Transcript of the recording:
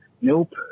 Nope